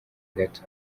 gato